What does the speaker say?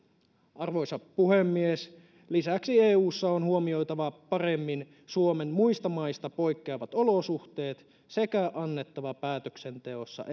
arvoisa puhemies lisäksi eussa on huomioitava paremmin suomen muista maista poikkeavat olosuhteet sekä annettava päätöksenteossa